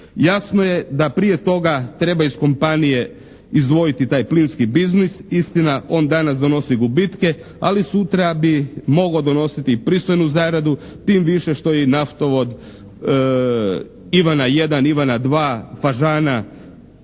Jasno je da prije toga treba iz kompanije izdvojiti taj plinski biznis, istina on danas donosi gubitke, ali sutra bi mogao donositi i pristojnu zaradu tim više što i naftovod Ivana 1, Ivana 2, Fažana,